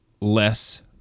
less